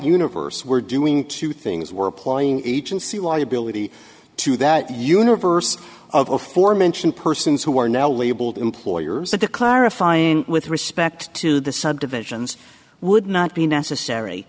universe we're doing two things we're applying agency liability to that universe of aforementioned persons who are now labeled employers that the clarifying with respect to the subdivisions would not be necessary